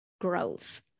growth